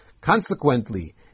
Consequently